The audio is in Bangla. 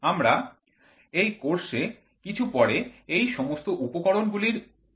আমরা এই কোর্সে কিছু পরে এই সমস্ত উপকরণ গুলির সম্পর্কে দেখব